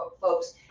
folks